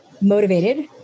motivated